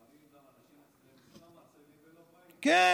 לפעמים אנשים סתם עצלים ולא באים.